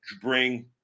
bring